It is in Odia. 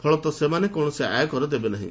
ଫଳତଃ ସେମାନେ କୌଣସି ଆୟକର ଦେବେ ନାହିଁ